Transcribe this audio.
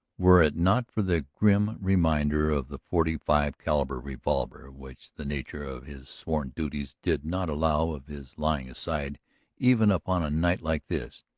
were it not for the grim reminder of the forty-five-caliber revolver which the nature of his sworn duties did not allow of his laying aside even upon a night like this,